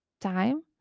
time